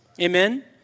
Amen